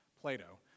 Plato